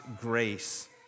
grace